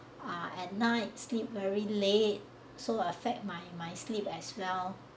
ah at night sleep very late so affect my my sleep as well